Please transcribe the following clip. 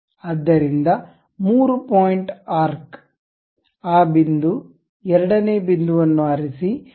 ಆದ್ದರಿಂದ 3 point arc ಆ ಬಿಂದು ಎರಡನೇ ಬಿಂದುವನ್ನು ಆರಿಸಿ ಮತ್ತು ಅದನ್ನು ಸರಿಸಿ